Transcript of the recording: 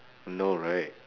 no right